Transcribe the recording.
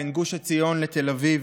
בין גוש עציון לתל אביב,